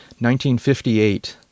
1958